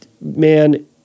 man